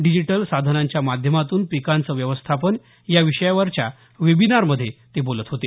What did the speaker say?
digital साधनांच्या माध्यमातून पिकांचं व्यवस्थापन याविषयावारच्या वेबिनारमध्ये ते बोलत होते